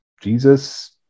Jesus